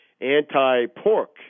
anti-pork